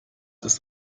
ist